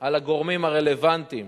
על הגורמים הרלוונטיים